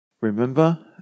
remember